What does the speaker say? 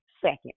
second